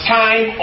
time